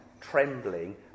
trembling